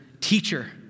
Teacher